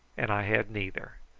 and i had neither.